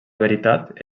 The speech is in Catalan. veritat